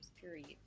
period